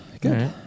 Good